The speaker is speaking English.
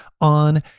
on